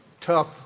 tough